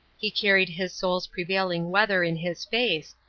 he carried his soul's prevailing weather in his face,